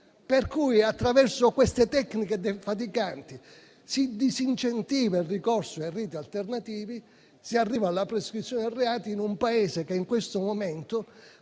Bermude. Attraverso queste tecniche defatiganti si disincentiva il ricorso ai riti alternativi e si arriva alla prescrizione dei reati in un Paese che in questo momento,